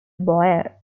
boer